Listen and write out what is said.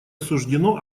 осуждено